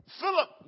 Philip